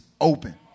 open